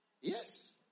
Yes